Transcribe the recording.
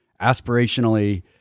aspirationally